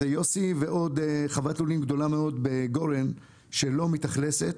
זה יוסי ועוד חוות לולים גדולה מאוד בגורן שלא מתאכלסת,